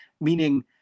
meaning